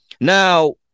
Now